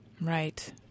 Right